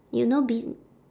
you know be~